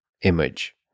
image